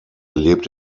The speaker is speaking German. lebt